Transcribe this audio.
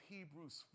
Hebrews